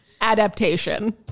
adaptation